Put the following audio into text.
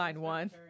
one